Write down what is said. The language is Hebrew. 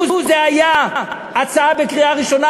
לו זה היה הצעה בקריאה ראשונה,